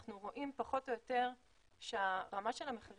אנחנו רואים פחות או יורת שהרמה של המחירים